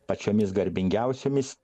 pačiomis garbingiausiomis